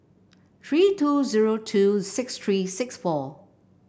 three two zero two six three six four